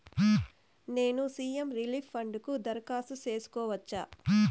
నేను CM relief fund కు దరఖాస్తు సేసుకోవచ్చా?